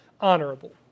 honorable